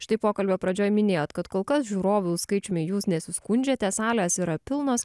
štai pokalbio pradžioj minėjot kad kol kas žiūrovų skaičiumi jūs nesiskundžiate salės yra pilnos